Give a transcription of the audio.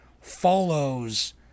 follows